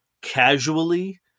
casually